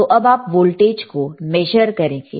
तो अब आप वोल्टेज को मेजर करेंगे